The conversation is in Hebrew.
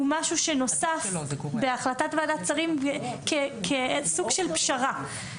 משהו שנוסף בהחלטת ועדת שרים כסוג של פשרה.